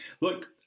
Look